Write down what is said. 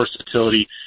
versatility